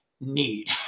need